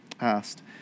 asked